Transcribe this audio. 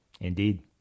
Indeed